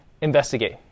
investigate